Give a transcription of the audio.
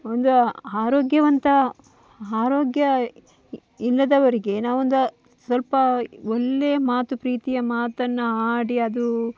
ಒಂದು ಆರೋಗ್ಯವಂತ ಆರೋಗ್ಯ ಇಲ್ಲದವರಿಗೆ ನಾವೊಂದು ಸ್ವಲ್ಪ ಒಳ್ಳೆಯ ಮಾತು ಪ್ರೀತಿಯ ಮಾತನ್ನು ಆಡಿ ಅದು